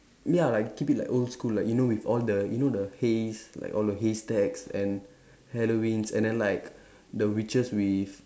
ya like keep it like old school like you know with all the you know the hays like all the hay stacks and Halloweens and then like the witches with